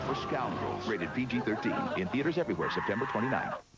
rated pg thirteen. in theaters everywhere september twenty nine.